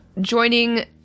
joining